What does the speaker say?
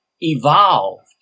evolved